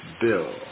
Bill